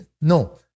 No